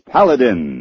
Paladin